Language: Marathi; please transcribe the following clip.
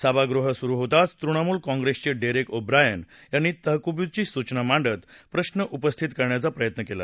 सभागृह सुरु होताच तृणमूल काँप्रेसचे डेरेक ओब्रायन यांनी तहकुबीची सूचना मांडत प्रश्न उपस्थित करण्याचा प्रयत्न केला